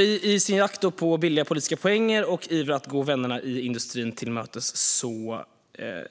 I sin jakt på billiga politiska poänger och i sin iver att gå vännerna i industrin till mötes är